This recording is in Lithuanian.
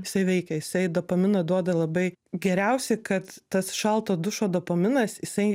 jisai veikia jisai dopamino duoda labai geriausiai kad tas šalto dušo dopaminas jisai